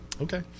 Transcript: okay